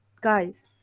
guys